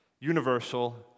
universal